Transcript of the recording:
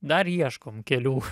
dar ieškom kelių